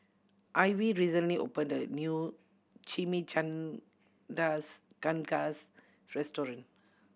Ivey recently opened a new Chimichangas restaurant